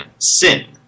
sin